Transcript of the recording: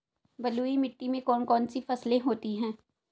बलुई मिट्टी में कौन कौन सी फसलें होती हैं?